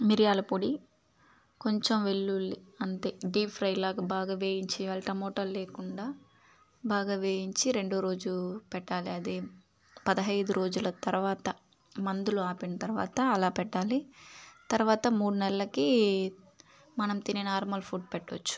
మిరియాల పొడి కొంచెం వెల్లుల్లి అంటే డీప్ ఫ్రైలాగా బాగా వెయ్యించి టమోటాలు లేక బాగా వెయ్యించి రెండోరోజు పెట్టాలి అదే పదహైదు రోజుల తరువాత మందులు ఆపిన తరువాత అలా పెట్టాలి తరువాత మూడు నెల్లకి మనం తినే నార్మల్ ఫుడ్ పెట్టొచ్చు